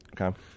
Okay